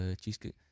Cheesecake